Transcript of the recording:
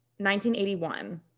1981